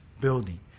building